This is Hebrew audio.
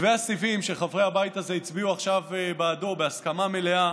מתווה הסיבים שחברי הבית הזה הצביעו עכשיו בעדו בהסכמה מלאה